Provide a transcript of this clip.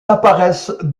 apparaissent